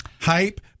hype